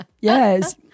Yes